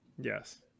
yes